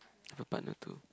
of a partner too